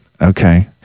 Okay